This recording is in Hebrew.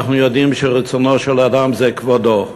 אנחנו יודעים שרצונו של אדם זה כבודו.